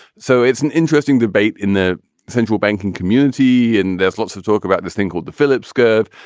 so it's an interesting debate in the central banking community. and there's lots of talk about this thing called the phillips curve.